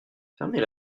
fermez